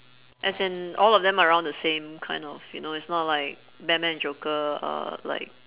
as in all of them are around the same kind of you know it's not like batman and joker are like